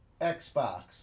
Xbox